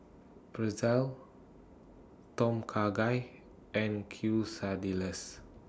Pretzel Tom Kha Gai and Quesadillas